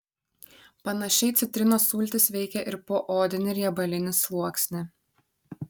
panašiai citrinos sultys veikia ir poodinį riebalinį sluoksnį